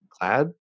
glad